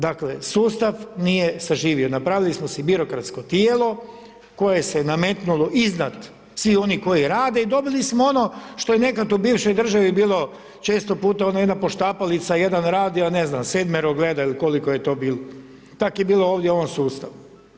Dakle, sustav nije saživio, napravili smo si birokratsko tijelo koje se nametnulo iznad svih onih koji radi i dobili smo ono što je nekada u bivšoj državi bilo često puta ona jedna poštapalica jedan radi, a ne znam, sedmero gledaju koliko je to bilo, tako je bilo ovdje u ovom sustavu.